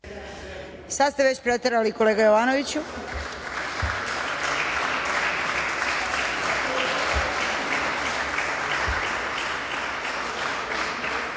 Sad ste već preterali, kolega Jovanoviću. Imam